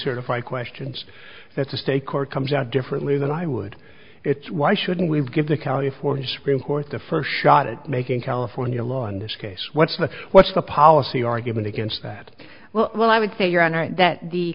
certify questions that's a steak or comes out differently than i would it's why shouldn't we give the california supreme court the first shot at making california law in this case what's the what's the policy argument against that well i would say your honor that the